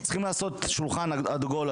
צריכים לעשות שולחן עגול,